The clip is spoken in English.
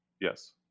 yes